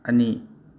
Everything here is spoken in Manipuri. ꯑꯅꯤ